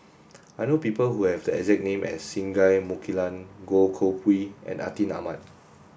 I know people who have the exact name as Singai Mukilan Goh Koh Pui and Atin Amat